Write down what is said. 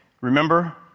Remember